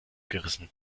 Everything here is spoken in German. gerissen